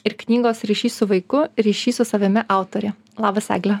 ir knygos ryšys su vaiku ryšys su savimi autorė labas egle